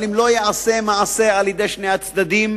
אבל אם לא ייעשה מעשה על-ידי שני הצדדים,